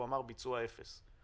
הוא אמר שהביצוע הוא אפס.